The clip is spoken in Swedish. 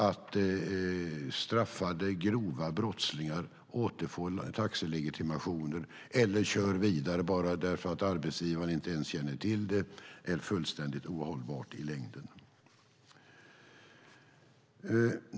Att straffade grova brottslingar återfår taxilegitimationer eller kör vidare bara därför att arbetsgivaren inte ens känner till det är fullständigt ohållbart i längden.